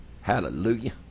hallelujah